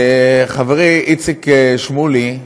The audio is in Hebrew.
חברי איציק שמולי,